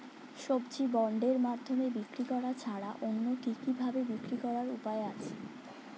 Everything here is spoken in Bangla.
সবজি বন্ডের মাধ্যমে বিক্রি করা ছাড়া অন্য কি কি ভাবে বিক্রি করার উপায় আছে?